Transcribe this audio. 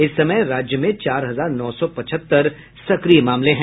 इस समय राज्य में चार हजार नौ सौ पचहत्तर सक्रिय मामले हैं